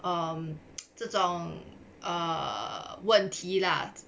um 这种问题 lah